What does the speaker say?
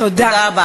תודה רבה.